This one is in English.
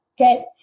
okay